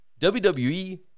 WWE